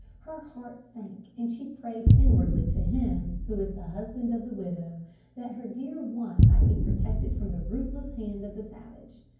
her heart sank, and she prayed inwardly to him who is the husband of the widow that her dear one might be protected from the ruthless hand of the savage.